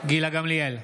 גילה גמליאל,